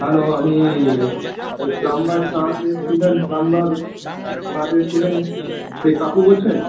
hello আমি ওই plumber সারাতে এসছিলেন প্লাম্বার সারাতে এসছিলেন সেই কাকু বলছেন